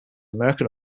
american